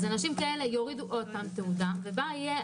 אנשים כאלה יורידו עוד פעם תעודה ובה יהיה